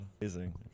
amazing